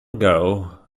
ago